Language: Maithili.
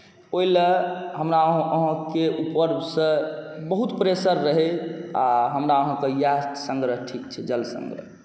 ओहि लेल हमरा अहाँकेँ ऊपरसँ बहुत प्रेशर रहै आ हमरा अहाँकेँ इएह सङ्ग्रह ठीक छै जल सङ्ग्रह